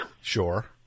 Sure